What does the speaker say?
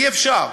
אי-אפשר,